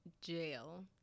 jail